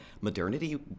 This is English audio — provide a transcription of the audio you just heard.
modernity